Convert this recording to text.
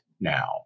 now